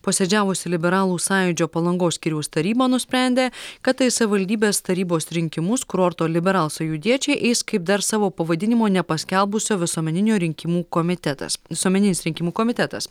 posėdžiavusi liberalų sąjūdžio palangos skyriaus taryba nusprendė kad į savivaldybės tarybos rinkimus kurorto liberalų sąjūdiečiai eis kaip dar savo pavadinimo nepaskelbusio visuomeninio rinkimų komitetas visuomeninis rinkimų komitetas